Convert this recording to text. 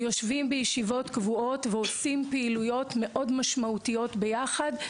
אנחנו יושבים בישיבות קבועות ועושים פעילויות מאוד משמעותיות ביחד.